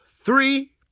three